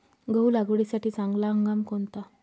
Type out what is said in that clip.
गहू लागवडीसाठी चांगला हंगाम कोणता?